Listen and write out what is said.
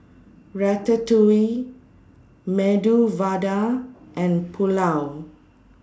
Ratatouille Medu Vada and Pulao